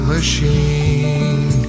Machine